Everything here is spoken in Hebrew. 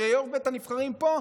כשיו"ר בית הנבחרים פה,